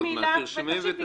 תרשמי.